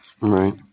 Right